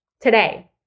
today